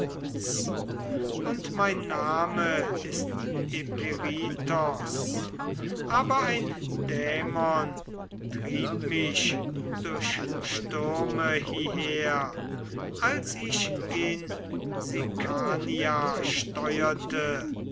und mein name ist eperitos aber ein dämon trieb mich durch stürme hieher als ich gen sikania steurte